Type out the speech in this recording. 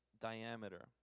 diameter